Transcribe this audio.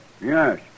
Yes